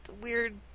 weird